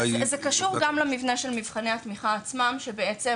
זה קשור גם למבנה של מבחני התמיכה עצמם שבעצם